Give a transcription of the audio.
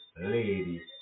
lady